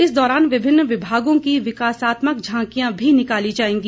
इस दौरान विभिन्न विभागों की विकासात्मक झांकियां भी निकाली जायेंगी